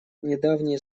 недавние